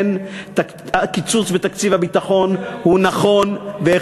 כן, הקיצוץ בתקציב הביטחון הוא נכון בהחלט.